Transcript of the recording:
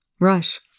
Rush